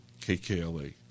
KKLA